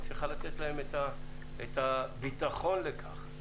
היא צריכה לתת להם את הביטחון לכך.